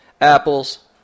apples